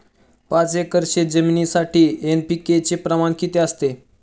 पाच एकर शेतजमिनीसाठी एन.पी.के चे प्रमाण किती असते?